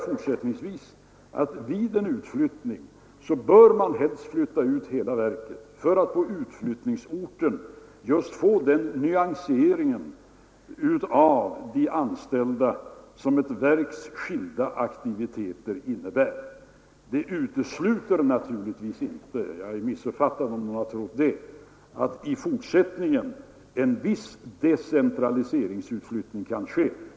Fortsättningsvis vill jag hävda att man vid en utflyttning helst bör flytta ut hela verket för att på utflyttningsorten få just den nyansering av de anställda som ett verks skilda aktiviteter innebär. Det utesluter naturligtvis inte — om någon har trott det har jag blivit missuppfattad — att i fortsättningen en viss decentraliseringsutflyttning kan ske.